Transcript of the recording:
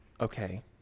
Okay